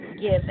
give